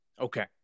Okay